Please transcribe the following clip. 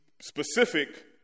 specific